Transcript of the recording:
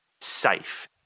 safe